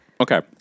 Okay